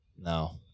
No